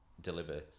deliver